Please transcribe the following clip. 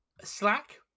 Slack